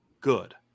good